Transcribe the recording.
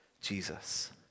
Jesus